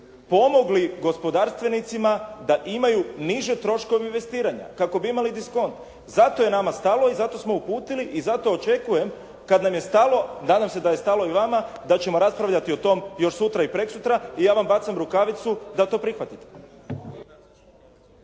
pomogli gospodarstvenicima da imaju niže troškove investiranja, kako bi imali diskont. Zato je nama stalo i zato smo uputili i zato očekujem kada nam je stalo, nadam se da je stalo i vama da ćemo raspravljati o tom još sutra i preksutra i ja vam bacam rukavicu da to prihvatite.